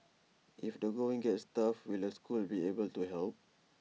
if the going gets tough will the school be able to help